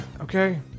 Okay